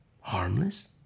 Harmless